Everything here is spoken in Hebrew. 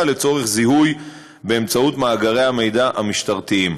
לצורך זיהוי באמצעות מאגרי המידע המשטרתיים.